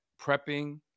prepping